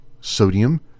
Sodium